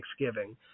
thanksgiving